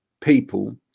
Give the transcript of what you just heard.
people